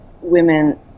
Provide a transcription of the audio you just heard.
women